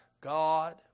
God